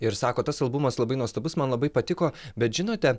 ir sako tas albumas labai nuostabus man labai patiko bet žinote